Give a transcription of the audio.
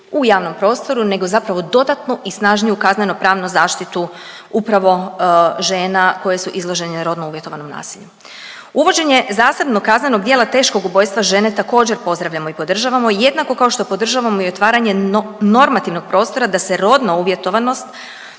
u javnom prostoru nego zapravo dodatnu i snažniju kaznenopravnu zaštitu upravo žena koje su izložene rodno uvjetovanom nasilju. Uvođenje zasebnog kaznenog djela teškog ubojstva žene također pozdravljamo i podržavamo, jednako kao što podržavamo i otvaranje normativnog prostora da se rodna uvjetovanost